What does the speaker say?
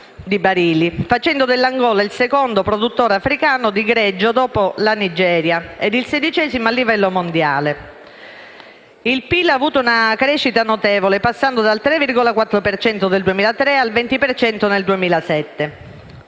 Il PIL ha avuto una crescita notevole, passando dal 3,4 per cento nel 2003